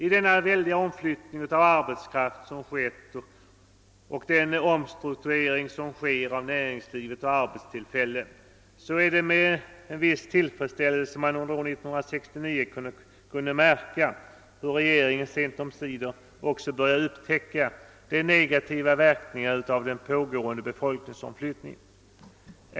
I den väldiga omflyttning av arbetskraft som har skett och den omstrukturering som sker av näringsliv och arbetstillfällen är det med en viss tillfredsställelse man märker hur regeringen under år 1969 sent omsider också började upptäcka de negativa verkningarna av den pågående befolkningsomflyttningen.